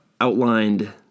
outlined